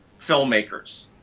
filmmakers